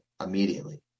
immediately